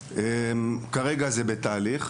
כרגע זה נמצא בבדיקה,